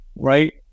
right